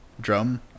drum